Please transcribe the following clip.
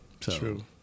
True